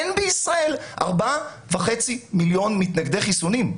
אין בישראל 4.5 מיליון מתנגדי חיסונים.